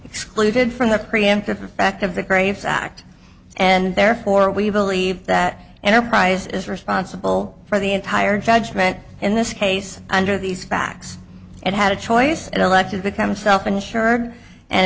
excluded from the preemptive effect of the graves act and therefore we believe that enterprise is responsible for the entire judgment in this case under these facts and had a choice elect to become self insured and